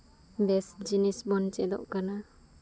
ᱵᱮᱥ ᱡᱤᱱᱤᱥ ᱵᱚᱱ ᱪᱮᱫᱚᱜ ᱠᱟᱱᱟ